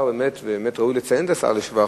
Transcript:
ובאמת ראוי לציין את השר לשבח,